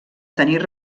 tenir